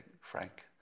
Frank